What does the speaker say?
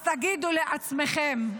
אז תגידו לעצמכם,